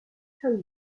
tone